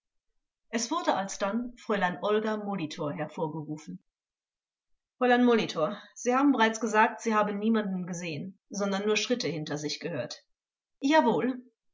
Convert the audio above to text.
es wurde alsdann fräulein olga molitor hervorgerufen vors fräulein molitor sie haben bereits gesagt sie haben niemanden gesehen sondern nur schritte hinter sich gehört zeugin jawohl